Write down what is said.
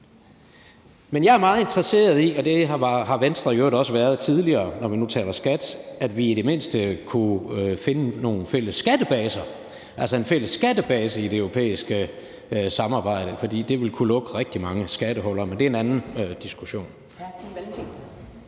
Men jeg er meget interesseret i, og det har Venstre i øvrigt også været tidligere, når vi nu taler skat, at vi i det mindste kunne finde en fælles skattebase i det europæiske samarbejde, fordi det ville kunne lukke rigtig mange skattehuller, men det er en anden diskussion.